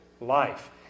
Life